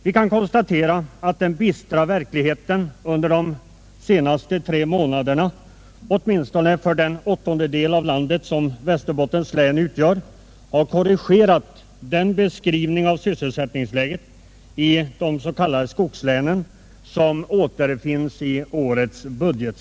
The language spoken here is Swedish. Vi kan konstatera att den bistra verkligheten under de senaste tre månaderna åtminstone för den åttondedel av landet som Västerbottens län utgör har korrigerat den beskrivning av sysselsättningsläget i de s.k. skogslänen som återfinns i årets statsbudget.